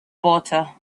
butter